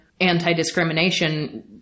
anti-discrimination